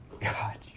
God